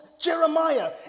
Jeremiah